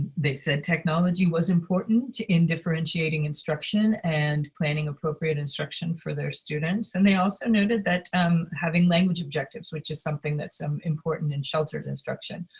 they said technology was important in differentiating instruction and planning appropriate instruction for their students, and they also noted that um having language objectives which is something that's um important in sheltered instruction,